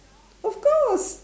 of course